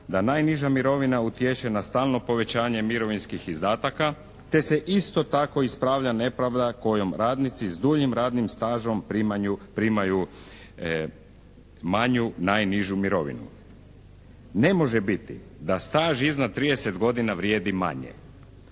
da najniža mirovina utječe na stalno povećane mirovinskih izdataka te se isto tako ispravlja nepravda kojom radnici s duljim radnim stažom primaju manju, najnižu mirovinu. Ne može biti da staž iznad 30 godina vrijedi manje.